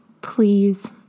Please